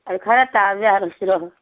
ꯑꯗꯣ ꯈꯔ ꯇꯥꯕ ꯌꯥꯔꯣꯏꯗ꯭ꯔꯣ